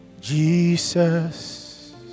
Jesus